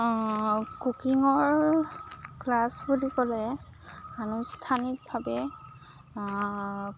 কুকিঙৰ ক্লাছ বুলি ক'লে আনুষ্ঠানিকভাৱে